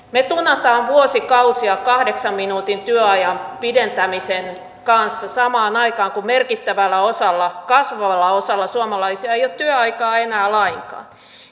me tunaamme vuosikausia kahdeksan minuutin työajan pidentämisen kanssa samaan aikaan kun merkittävällä osalla kasvavalla osalla suomalaisia ei ole työaikaa enää lainkaan